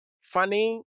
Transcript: funny